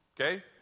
Okay